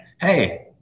hey